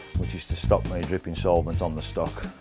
just to stop me dripping solvent on the stock,